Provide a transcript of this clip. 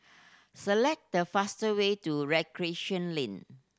select the fast way to Recreation Lane